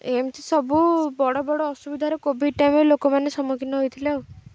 ଏମିତି ସବୁ ବଡ଼ ବଡ଼ ଅସୁବିଧାରେ କୋଭିଡ଼ ଟାଇମ୍ରେ ଲୋକମାନେ ସମ୍ମୁଖୀନ ହୋଇଥିଲେ ଆଉ